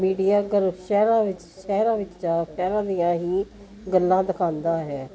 media ਕਰ ਸ਼ਹਿਰਾਂ ਵਿੱਚ ਸ਼ਹਿਰਾਂ ਵਿੱਚ ਸ਼ਹਿਰਾਂ ਦੀ ਆਹੀ ਗੱਲਾਂ ਦਿਖਾਉਂਦਾ ਹੈ